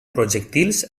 projectils